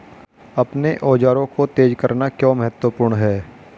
अपने औजारों को तेज करना क्यों महत्वपूर्ण है?